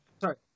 Sorry